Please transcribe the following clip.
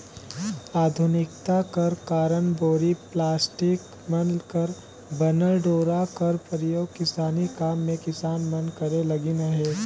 आधुनिकता कर कारन बोरी, पलास्टिक मन कर बनल डोरा कर परियोग किसानी काम मे किसान मन करे लगिन अहे